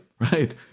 right